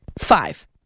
five